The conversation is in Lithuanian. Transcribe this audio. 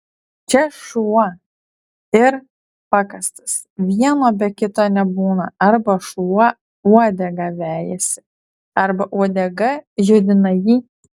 čia šuo ir pakastas vieno be kito nebūna arba šuo uodegą vejasi arba uodega judina jį